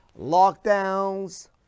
lockdowns